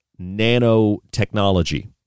nanotechnology